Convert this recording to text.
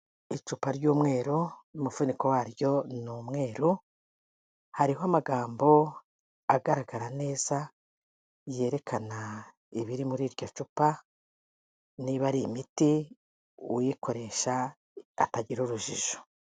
Icupa ry'umweru n'umufuniko waryo ni umweru, hariho amagambo agaragara neza yerekana ibiri muri iryo cupa, niba ari imiti uyikoresha atagira urujijo.